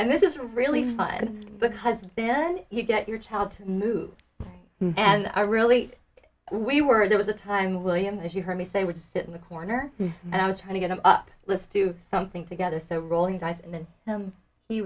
and this is really fun because then you get your child to move and i really we were there was a time william as you heard me say would sit in the corner and i was trying to get up listen to something together so rolling dice and then